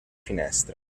finestra